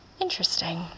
Interesting